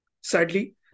sadly